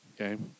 Okay